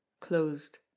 closed